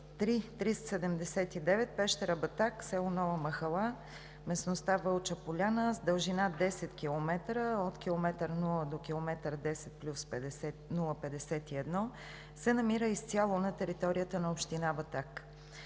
III-379 (Пещера – Батак) село Нова махала – местност Вълча поляна с дължина 10 км от км 0 до км 10+051 се намира изцяло на територията на община Батак.